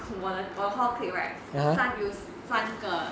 我的我 hall clique right 三有三个